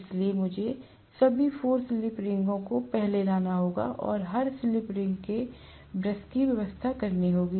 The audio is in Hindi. इसलिए मुझे सभी 4 स्लिप रिंगों को पहले लाना होगा और हर स्लिप रिंग में ब्रश की व्यवस्था होगी